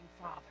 Father